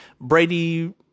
Brady